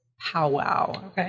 powwow